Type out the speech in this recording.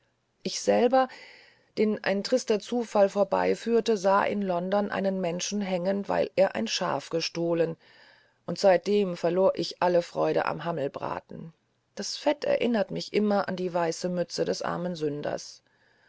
ich selber den ein trister zufall vorbeiführte ich sah in london einen menschen hängen weil er ein schaf gestohlen und seitdem verlor ich alle freude an hammelbraten das fett erinnert mich immer an die weiße mütze des armen sünders